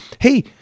hey